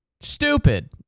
Stupid